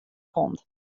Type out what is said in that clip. komt